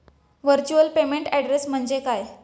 Virtual payment address म्हणजे काय?